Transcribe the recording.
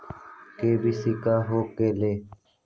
KYC का हो के ला?